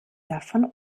davon